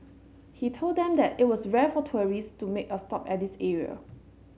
he told them that it was rare for tourists to make a stop at this area